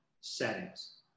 settings